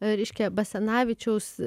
reiškia basanavičiaus